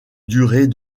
durée